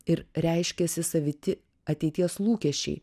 ir reiškiasi saviti ateities lūkesčiai